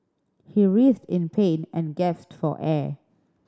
he writhed in pain and gasped for air